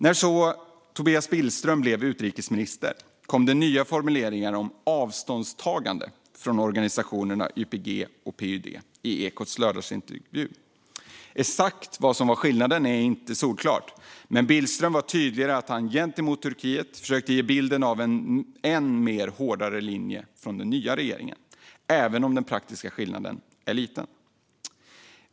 När Tobias Billström blev utrikesminister kom det i Ekots lördagsintervju nya formuleringar om avståndstagande från organisationerna YPG och PYD. Exakt vad som var skillnaden var inte solklart, men Billström var tydlig med att han gentemot Turkiet försökte ge bilden av en än hårdare linje från den nya regeringen, även om den praktiska skillnaden är liten.